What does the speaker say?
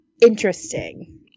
interesting